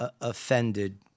offended